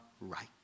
right